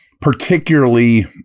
particularly